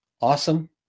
awesome